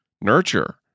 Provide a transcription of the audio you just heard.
nurture